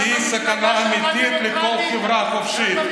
שהיא סכנה אמיתית לכל חברה חופשית.